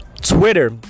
Twitter